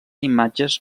imatges